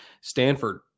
Stanford